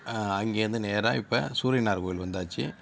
அங்கேருந்து நேராக இப்போ சூரியனார் கோவில் வந்தாச்சு